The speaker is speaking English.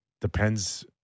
depends